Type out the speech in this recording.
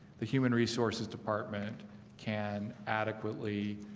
the human resources department can adequately